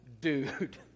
dude